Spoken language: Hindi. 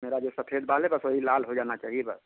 मेरा जो सफेद बाल है बस वही लाल हो जाना चाहिए बस